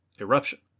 eruption